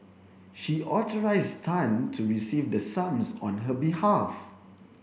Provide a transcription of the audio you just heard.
she authorised Tan to receive the sums on her behalf